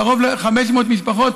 קרוב ל-500 משפחות.